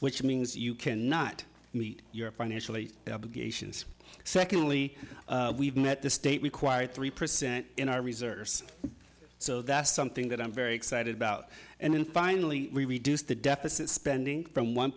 which means you cannot meet your financial aid secondly we've met the state required three percent in our reserves so that's something that i'm very excited about and then finally we reduce the deficit spending from one